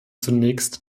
zunächst